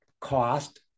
cost